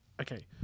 Okay